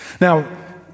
Now